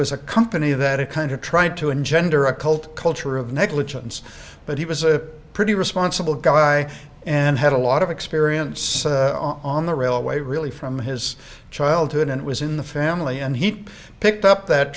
was a company that it kind of tried to engender a cult culture of negligence but he was a pretty responsible guy and had a lot of experience on the railway really from his childhood and was in the family and he picked up that